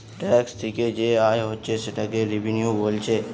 tax থিকে যে আয় হচ্ছে সেটাকে রেভিনিউ বোলছে